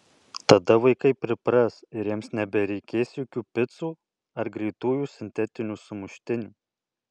tada vaikai pripras ir jiems nebereikės jokių picų ar greitųjų sintetinių sumuštinių